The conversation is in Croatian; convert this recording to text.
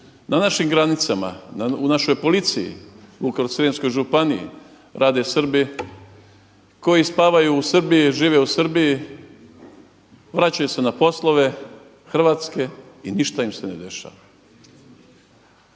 na našim granicama, u našoj policiji u Vukovarsko-srijemskoj županiji rade Srbi koji spavaju u Srbiji, žive u Srbiji, vraćaju se na poslove hrvatske i ništa im se ne dešava.